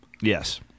Yes